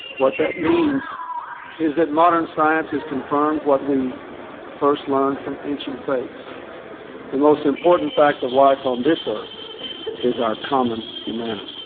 what that means is that modern science has confirmed what we first learned from ancient faiths the most important fact of life on this earth is our common humanity.